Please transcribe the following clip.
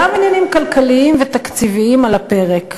גם עניינים כלכליים ותקציביים על הפרק.